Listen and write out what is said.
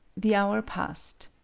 the hour passed.